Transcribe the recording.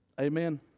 Amen